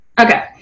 Okay